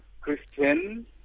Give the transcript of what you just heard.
Christian